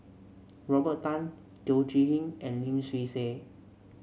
Robert Tan Teo Chee Hean and Lim Swee Say